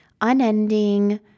unending